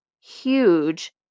huge